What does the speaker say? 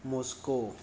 Moscow